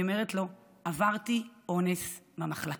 והיא אומרת לו: עברתי אונס במחלקה,